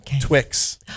Twix